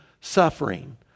suffering